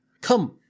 come